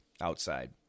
outside